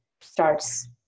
starts